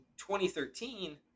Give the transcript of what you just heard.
2013